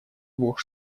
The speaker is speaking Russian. двух